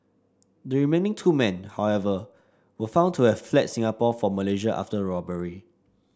the remaining two men however were found to have fled Singapore for Malaysia after robbery